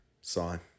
sign